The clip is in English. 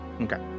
okay